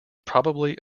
probably